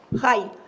Hi